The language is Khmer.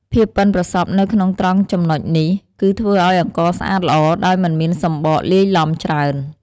ភាពប៉ិនប្រសប់នៅត្រង់ចំណុចនេះ គឺធ្វើឱ្យអង្ករស្អាតល្អ ដោយមិនមានសម្បកលាយឡំច្រើន។